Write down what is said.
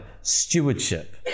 stewardship